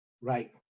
Right